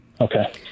Okay